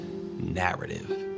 narrative